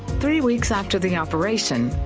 three weeks after the operation,